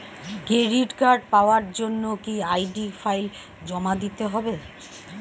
Credit card পাওয়ার জন্য কি আই.ডি ফাইল জমা দিতে হবে?